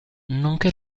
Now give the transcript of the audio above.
nonché